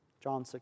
John